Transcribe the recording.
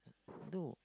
do